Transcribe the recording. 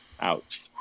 Ouch